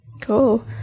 Cool